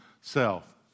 self